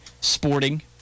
sporting